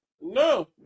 No